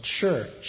church